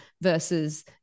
versus